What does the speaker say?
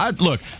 Look